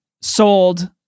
sold